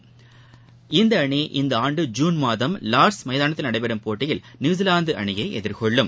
அந்தஅணி இந்தஆண்டு ஜுன் மாதம் லார்ட்ஸ் எமதானத்தில் நடைபெறம் போட்டியில் நியுசிலாந்துஅணியைஎதிர்கொள்ளும்